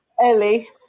Ellie